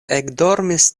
ekdormis